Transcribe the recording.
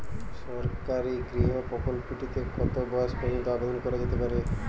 সরকারি গৃহ প্রকল্পটি তে কত বয়স পর্যন্ত আবেদন করা যেতে পারে?